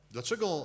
Dlaczego